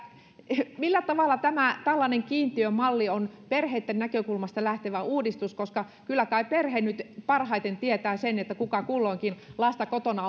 millä tavalla tällainen kiintiömalli on perheitten näkökulmasta lähtevä uudistus kyllä kai perhe nyt parhaiten tietää sen kuka kulloinkin lasta kotona